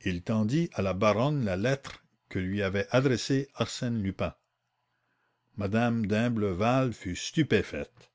il tendit à la baronne la lettre que lui avait adressée arsène lupin m me d'imblevalle fut stupéfaite